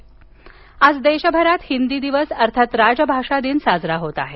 हिंदी दिवस आज देशभरात हिंदी दिवस अर्थात राजभाषा दिन साजरा होत आहे